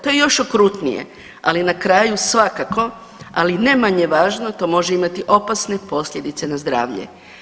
To je još okrutnije, ali na kraju svakako, ali ne manje važno to može imati opasne posljedice na zdravlje.